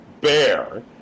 bear